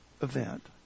event